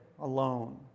alone